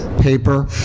paper